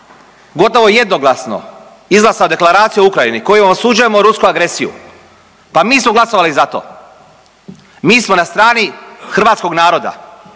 gotovo jednoglasno je izglasao Deklaraciju o Ukrajini kojom osuđujemo rusku agresiju, pa mi smo glasovali za to, mi smo na strani hrvatskog naroda